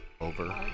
over